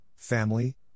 Family